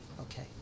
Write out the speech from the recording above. Okay